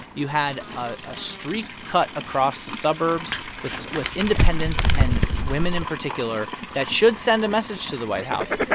you had a streak cut across the suburbs with with independents and women in particular that should send a message to the white house.